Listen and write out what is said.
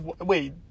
Wait